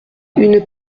une